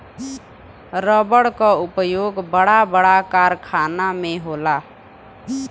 रबड़ क उपयोग बड़ा बड़ा कारखाना में होला